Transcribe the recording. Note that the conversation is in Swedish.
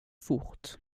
fort